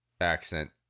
accent